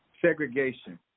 segregation